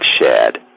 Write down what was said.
shared